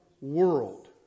world